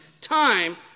time